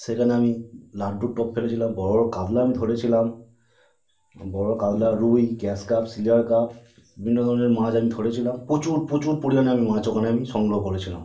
সেখানে আমি লাড্ডুর টোপ ফেলেছিলাম বড়ো বড়ো কাতলা আমি ধরেছিলাম বড়ো বড়ো কাতলা রুই গ্যাস কাপ সিজার কাপ বিভিন্ন ধরনের মাচ আমি ধরেছিলাম প্রচুর প্রচুর পরিমাণে আমি মাছ ওখানে আমি সংগ্রহ করেছিলাম